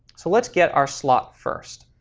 so let's get our slot first.